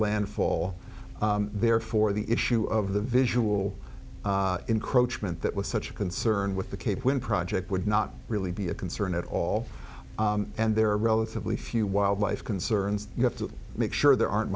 landfall therefore the issue of the visual encroachment that was such a concern with the cape wind project would not really be a concern at all and there are relatively few wildlife concerns you have to make sure there aren't